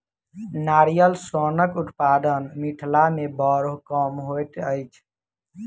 नारियल सोनक उत्पादन मिथिला मे बड़ कम होइत अछि